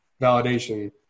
validation